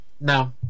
No